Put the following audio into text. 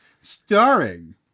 starring